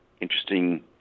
Interesting